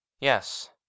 Yes